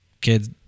kids